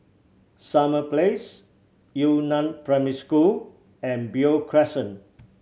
Summer Place Yu Neng Primary School and Beo Crescent